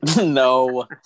No